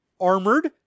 armored